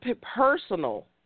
personal